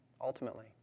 ultimately